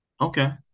Okay